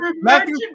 Matthew